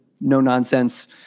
no-nonsense